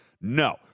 No